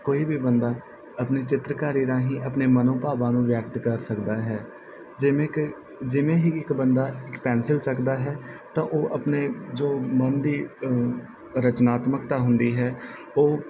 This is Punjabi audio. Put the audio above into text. ਕੋਈ ਵੀ ਬੰਦਾ ਆਪਣੀ ਚਿੱਤਰਕਾਰੀ ਰਾਹੀਂ ਆਪਣੇ ਮਨੋਭਾਵਾਂ ਨੂੰ ਵਿਅਕਤ ਕਰ ਸਕਦਾ ਹੈ ਜਿਵੇਂ ਕਿ ਜਿਵੇਂ ਹੀ ਇੱਕ ਬੰਦਾ ਇਕ ਪੈਂਸਿਲ ਚੱਕਦਾ ਹੈ ਤਾਂ ਉਹ ਆਪਣੇ ਜੋ ਮਨ ਦੀ ਰਚਨਾਤਮਕਤਾ ਹੁੰਦੀ ਹੈ ਉਹ